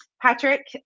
Patrick